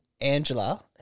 Angela